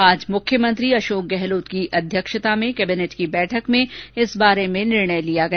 आज मुख्यमंत्री अशोक गहलोत की अध्यक्षता में कैबिनेट की बैठक में इस बारे में निर्णय लिया गया